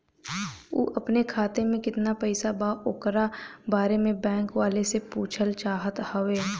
उ अपने खाते में कितना पैसा बा ओकरा बारे में बैंक वालें से पुछल चाहत हवे?